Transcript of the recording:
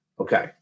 Okay